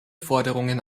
forderungen